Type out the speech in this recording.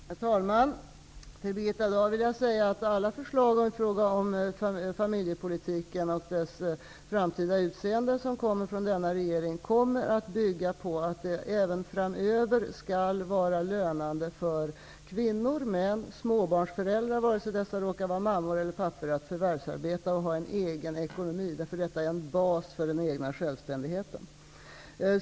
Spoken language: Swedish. Herr talman! Till Birgitta Dahl vill jag säga att alla förslag i fråga om familjepolitiken och dess framtida utformning, som läggs fram av denna regering, kommer att bygga på att det även framöver skall vara lönande för kvinnor, män, småbarnsmammor och småbarnspappor att förvärvsarbeta och ha en egen ekonomi. Detta är en bas för den egna självständigheten.